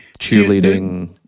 cheerleading